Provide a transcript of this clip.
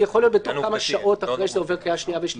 זה יכול להיות בתוך כמה שעות אחרי שזה עובר קריאה שנייה ושלישית.